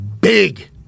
big